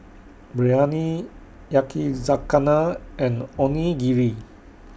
Biryani Yakizakana and Onigiri